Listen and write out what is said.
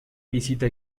visita